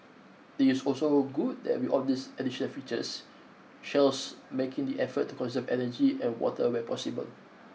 it's also good that with all these additional features Shell's making the effort to conserve energy and water where possible